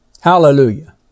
Hallelujah